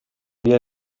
via